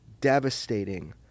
devastating